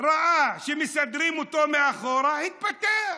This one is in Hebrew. ראה שמסדרים אותו מאחור, התפטר.